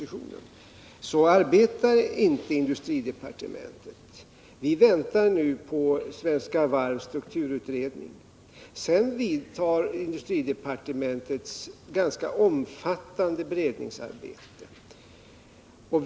Men så arbetar inte industridepartementet. Vi väntar nu på Svenska Varvs strukturutredning. Sedan vidtar industridepartementets ganska omfattande beredningsarbete.